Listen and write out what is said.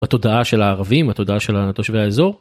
התודעה של הערבים התודעה של התושבי האזור.